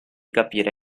capire